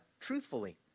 truthfully